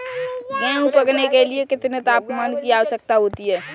गेहूँ पकने के लिए कितने तापमान की आवश्यकता होती है?